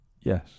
Yes